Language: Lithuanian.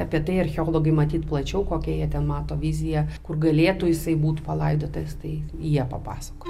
apie tai archeologai matyt plačiau kokie jie ten mato viziją kur galėtų jisai būti palaidotas tai jie papasakos